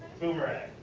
boomerang?